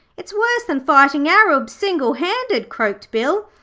it's worse than fighting arabs single-handed croaked bill.